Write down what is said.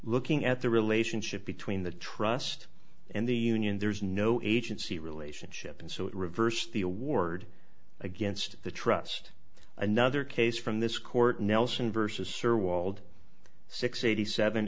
looking at the relationship between the trust and the union there's no agency relationship and so it reversed the award against the trust another case from this court nelson versus or walled six